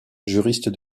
juriste